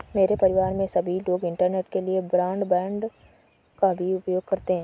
मेरे परिवार में सभी लोग इंटरनेट के लिए ब्रॉडबैंड का भी प्रयोग करते हैं